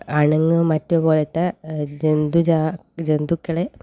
അണുങ്ങ് മറ്റ് പോലത്തെ ജന്തു ജാ ജന്തുക്കളെ